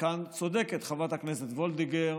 וכאן צודקת חברת הכנסת וולדיגר,